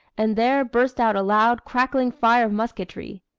and there burst out a loud, crackling fire of musketry.